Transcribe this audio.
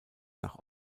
nach